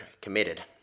committed